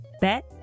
Bet